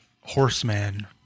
horseman